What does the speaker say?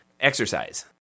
exercise